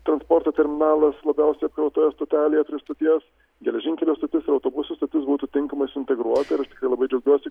transporto terminalas labiausiai apkrautoje stotelėje prie stoties geležinkelio stotis ir autobusų stotis būtų tinkamai suintegruota ir aš tikrai labai džiaugiuosi